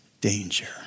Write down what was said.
danger